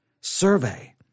survey